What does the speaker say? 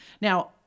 Now